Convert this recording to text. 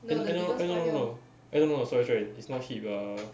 eh no eh no no no sorry sorry is not hip lah